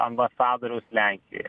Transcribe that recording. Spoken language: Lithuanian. ambasadoriaus lenkijoje